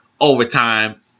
Overtime